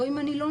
לא עם הנילון,